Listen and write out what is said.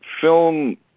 film